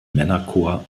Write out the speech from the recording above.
männerchor